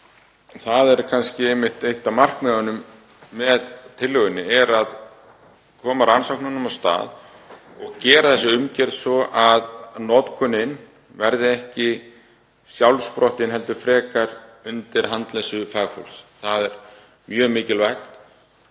Það er einmitt eitt af markmiðunum með tillögunni að koma rannsóknunum af stað og gera þessa umgjörð svo að notkunin verði ekki sjálfsprottin heldur frekar undir handleiðslu fagfólks. Það er mjög mikilvægt